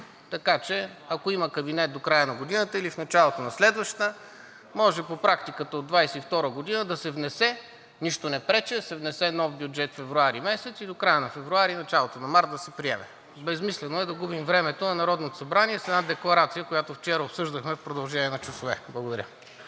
така че, ако има кабинет до края на годината или в началото на следващата, може по практиката от 2022 г. да се внесе, нищо не пречи, нов бюджет месец февруари и до края на февруари и началото на месец март да се приеме. Безсмислено е да губим времето на Народното събрание с декларация, която вчера обсъждахме в продължение на часове. Благодаря.